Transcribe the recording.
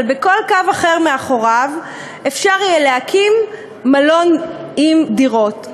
אבל בכל קו אחר מאחוריו אפשר יהיה להקים מלון עם דירות.